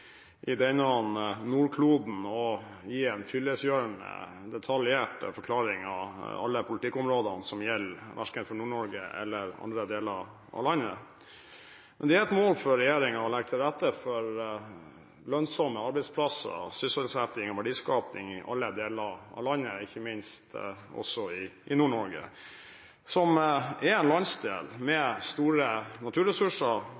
gi en fyllestgjørende, detaljert forklaring av alle politikkområdene som gjelder, verken for Nord-Norge eller andre deler av landet. Men det er et mål for regjeringen å legge til rette for lønnsomme arbeidsplasser, sysselsetting og verdiskaping i alle deler av landet, ikke minst i Nord-Norge som er en landsdel med store naturressurser,